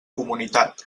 comunitat